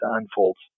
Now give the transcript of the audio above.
unfolds